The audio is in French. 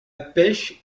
pêche